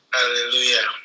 Hallelujah